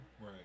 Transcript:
right